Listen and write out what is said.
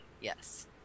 Yes